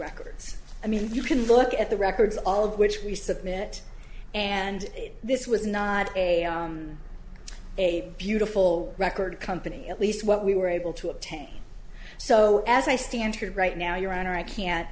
records i mean you can look at the records all of which we submit and this was not a a beautiful record company at least what we were able to obtain so as i stand right now your honor i can't